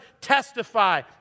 testify